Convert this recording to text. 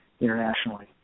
internationally